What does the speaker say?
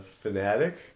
Fanatic